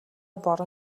бороо